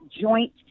joint